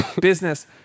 Business